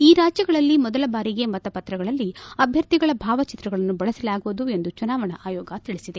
ಈ ರಾಜ್ಯಗಳಲ್ಲಿ ಮೊದಲ ಬಾರಿಗೆ ಮತ ಪತ್ರಗಳಲ್ಲಿ ಅಭ್ಯರ್ಥಿಗಳ ಭಾವಚಿತ್ರಗಳನ್ನು ಬಳಸಲಾಗುವುದು ಎಂದು ಚುನಾವಣಾ ಆಯೋಗ ತಿಳಿಸಿದೆ